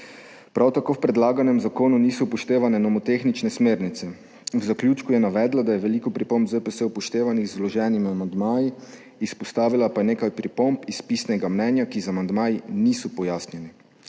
Prav tako v predlaganem zakonu niso upoštevane nomotehnične smernice. V zaključku je navedla, da je veliko pripomb ZPS upoštevanih z vloženimi amandmaji, izpostavila pa je nekaj pripomb iz pisnega mnenja, ki z amandmaji niso pojasnjene.